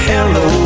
Hello